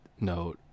note